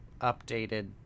updated